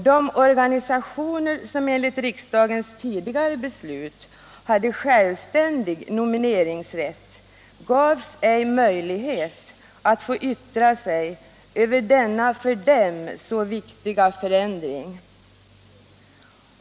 De organisationer som enligt riksdagens tidigare beslut hade självständig nomineringsrätt gavs ej möjlighet att yttra sig över denna för dem så viktiga förändring.